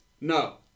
no